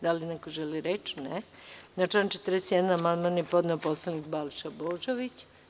Da li neko želi reč? (Ne) Na član 41. amandman je podneo narodni poslanik Balša Božović.